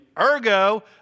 ergo